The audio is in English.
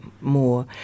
more